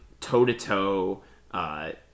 toe-to-toe